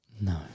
No